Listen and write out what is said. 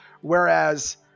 whereas